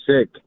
sick